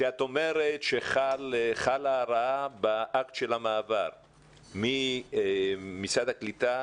את אומרת שחלה הרעה באקט של המעבר ממשרד הקליטה